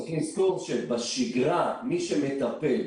צריך לזכור שבשגרה מי שמטפל,